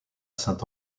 saint